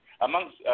amongst